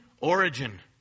origin